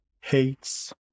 hates